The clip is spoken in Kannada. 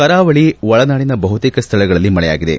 ಕರಾವಳಿ ಒಳನಾಡಿನ ಬಹುತೇಕ ಸ್ವಳಗಳಲ್ಲಿ ಮಳೆಯಾಗಿದೆ